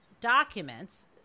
documents